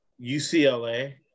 UCLA